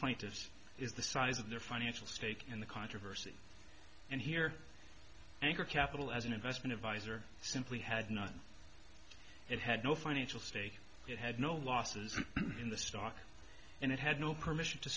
plaintiffs is the size of their financial stake in the controversy and here anchor capital as an investment advisor simply had none it had no financial stake it had no losses in the stock and it had no permission to